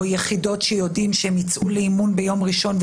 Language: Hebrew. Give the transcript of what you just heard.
או יחידות שיודעים לגביהן שהחיילים יוצאים לאימון ביום ראשון,